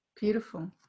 Beautiful